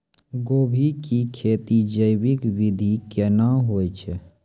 गोभी की खेती जैविक विधि केना हुए छ?